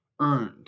earned